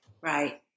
Right